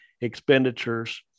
expenditures